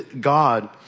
God